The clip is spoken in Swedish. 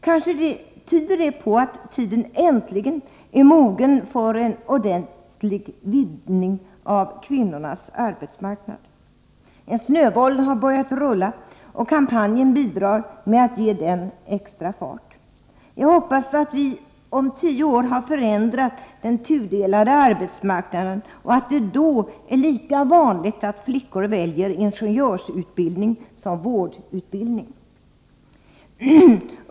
Kanske tyder det på att tiden äntligen är mogen för en ordentlig vidgning av kvinnornas arbetsmarknad. En snöboll har börjat rulla, och kampanjen bidrar med att ge den extra fart. Jag hoppas att vi om tio år har förändrat den tudelade arbetsmarknaden och att det då är lika vanligt att flickor väljer ingenjörsutbildning som vårdutbildning.